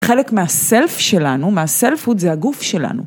חלק מהסלף שלנו, מהסלפהוד זה הגוף שלנו.